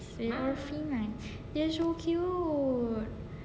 they are so cute